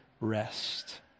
rest